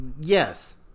yes